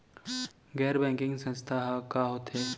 गैर बैंकिंग संस्था ह का होथे?